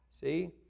see